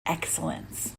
excellence